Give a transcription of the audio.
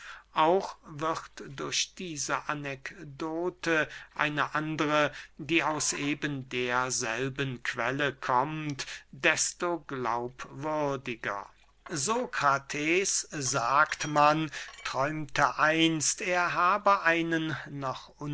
auch wird durch diese anekdote eine andere die aus ebenderselben quelle kommt desto glaubwürdiger sokrates sagt man träumte einst er habe einen